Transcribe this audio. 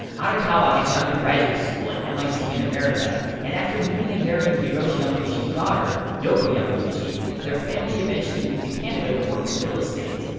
arakawa had gone to graduate school at mit, in america, and after meeting and marrying hiroshi yamauchi's daughter, yoko yamauchi, their family eventually moved to canada to work in real estate.